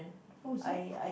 oh is it